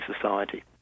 society